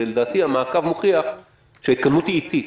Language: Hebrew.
ולדעתי המעקב מוכיח שההתקדמות היא איטית.